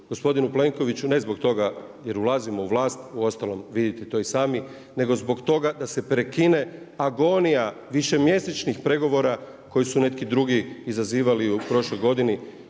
gospodinu Plenkoviću ne zbog toga jer ulazimo u vlast, uostalom vidite to i sami nego zbog toga da se prekine agonija višemjesečnih pregovora koji su neki drugi izazivali u prošloj godini,